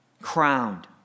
crowned